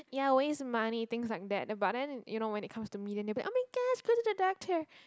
ya waste money things like that but then you know when it comes to me then they'll be [oh]-my-god please go see a doctor